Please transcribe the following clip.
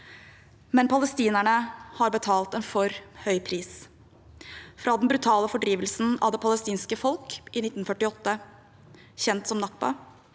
Men palestinerne har betalt en for høy pris: fra den brutale fordrivelsen av det palestinske folk i 1948, kjent som alnakba,